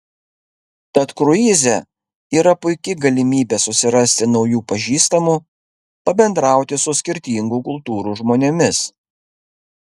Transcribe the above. tad kruize yra puiki galimybė susirasti naujų pažįstamų pabendrauti su skirtingų kultūrų žmonėmis